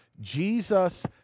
Jesus